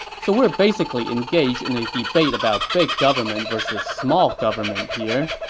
so we are basically engaged in a debate about big government vs. small government here,